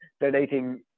donating